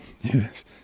Yes